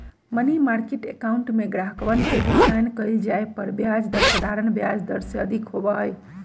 money market account में ग्राहकवन के भुगतान कइल जाये पर ब्याज दर साधारण ब्याज दर से अधिक होबा हई